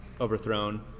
overthrown